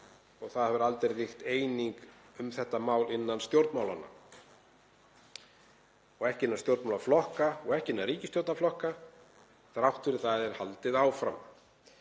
Það hefur aldrei ríkt eining um þetta mál innan stjórnmálanna, ekki innan stjórnmálaflokka og ekki innan ríkisstjórnarflokka. Þrátt fyrir það er haldið áfram.